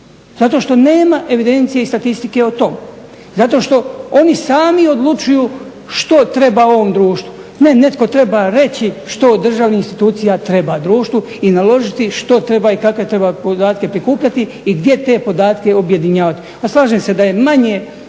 zato što nema evidencije i statistike o tom. Zato što oni sami odlučuju što treba ovom društvu. Ne, netko treba reći što od državnih institucija treba društvu i naložiti što treba i kakve treba podatke prikupljati i gdje te podatke objedinjavati. A slažem se da je manje